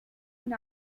when